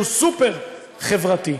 שהוא סופר-חברתי.